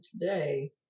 today